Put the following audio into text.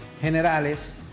generales